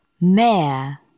mayor